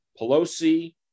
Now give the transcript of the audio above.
Pelosi